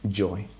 joy